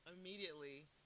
immediately